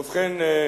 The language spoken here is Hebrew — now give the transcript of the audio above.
ובכן,